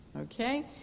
Okay